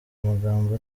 amagambo